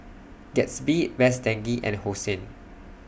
Gatsby Best Denki and Hosen